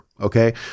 okay